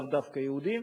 לאו דווקא יהודים.